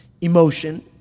Emotion